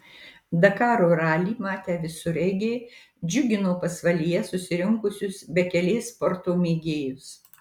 dakaro ralį matę visureigiai džiugino pasvalyje susirinkusius bekelės sporto mėgėjus